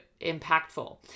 impactful